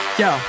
yo